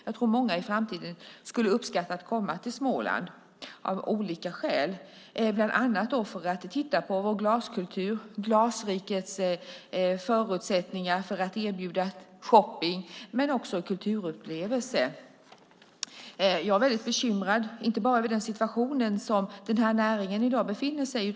Jag tror att många i framtiden kommer att uppskatta att komma till Småland av olika skäl, bland annat för att titta på vår glaskultur och uppleva Glasrikets förutsättningar för att erbjuda shopping och kulturupplevelser. Jag är väldigt bekymrad över den situation som den här näringen i dag befinner sig i.